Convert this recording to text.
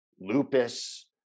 lupus